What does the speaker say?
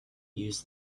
use